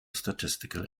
statistical